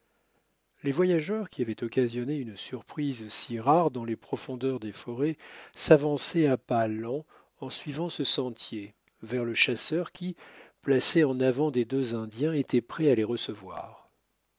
les voyageurs qui avaient occasionné une surprise si rare dans les profondeurs des forêts s'avançaient à pas lents en suivant ce sentier vers le chasseur qui placé en avant des deux indiens était prêt à les recevoir